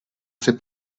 ses